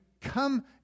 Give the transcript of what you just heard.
come